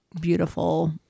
beautiful